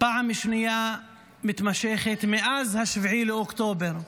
פעם שנייה מתמשכת מאז 7 באוקטובר.